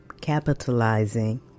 capitalizing